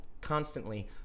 constantly